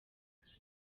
wanjye